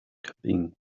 kvin